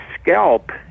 scalp